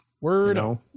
Word